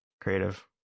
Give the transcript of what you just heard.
creative